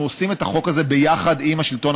שאנחנו עושים את החוק הזה ביחד עם השלטון